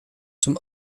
zum